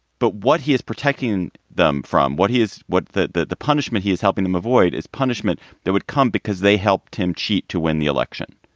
but what he is protecting them from, what he is, what the the punishment he is helping them avoid is punishment that would come because they helped him cheat to win the election.